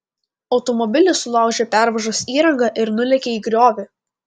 automobilis sulaužė pervažos įrangą ir nulėkė į griovį